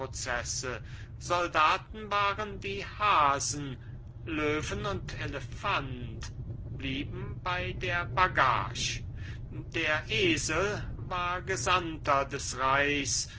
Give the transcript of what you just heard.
soldaten waren die hasen löwen und elefant blieben bei der bagage der esel war gesandter des reichs